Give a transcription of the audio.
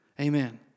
Amen